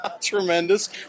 tremendous